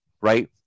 right